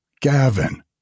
Gavin